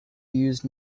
used